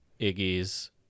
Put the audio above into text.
Iggy's